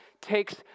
takes